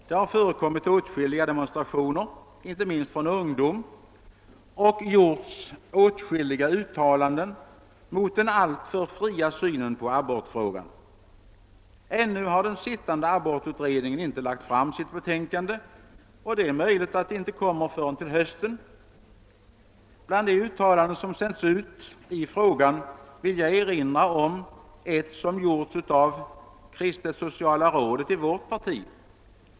Det har förekommit åtskilliga demonstrationer, inte minst från ungdomens sida, och gjorts åtskilliga uttalanden mot den alltför fria synen på abortfrågan. Ännu har den arbetande abortutredningen inte lagt fram sitt betänkande, och det är möjligt att det inte kommer förrän till hösten. Bland de uttalanden som gjorts i frågan vill jag erinra om det som sänts ut av Kristet sociala rådet i vårt parti.